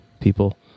people